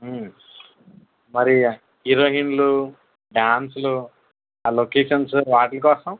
మరి హీరోయిన్లు డాన్సులు ఆ లొకేషన్సు వాటి కోసం